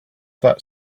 that